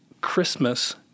Christmas